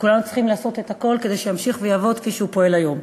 וכולנו צריכים לעשות את הכול כדי שהוא ימשיך ויעבוד כפי שהוא פועל היום.